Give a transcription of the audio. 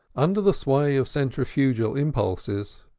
under the sway of centrifugal impulses,